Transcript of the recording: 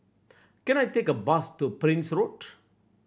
can I take a bus to Prince Road